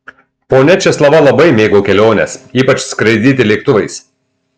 ponia česlava labai mėgo keliones ypač skraidyti lėktuvais